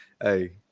Hey